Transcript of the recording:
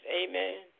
amen